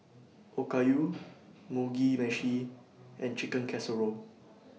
Okayu Mugi Meshi and Chicken Casserole